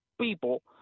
people